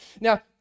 Now